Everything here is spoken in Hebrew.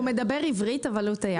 שהוא מדבר עברית אבל הוא תייר.